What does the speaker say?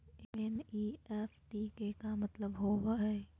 NEFT के का मतलव होव हई?